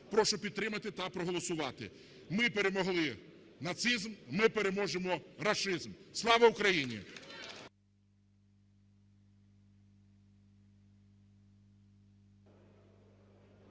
прошу підтримати та проголосувати. Ми перемогли нацизм, ми переможемо рашизм. Слава Україні!